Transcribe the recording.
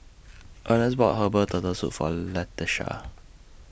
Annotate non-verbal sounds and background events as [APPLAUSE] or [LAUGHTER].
Earnest bought Herbal Turtle Soup For Latesha [NOISE]